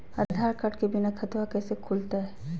आधार card के बिना खाताबा कैसे खुल तय?